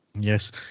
Yes